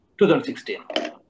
2016